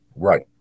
Right